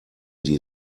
die